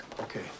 Okay